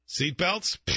Seatbelts